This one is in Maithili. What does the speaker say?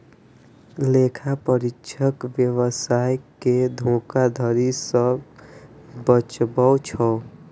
लेखा परीक्षक व्यवसाय कें धोखाधड़ी सं बचबै छै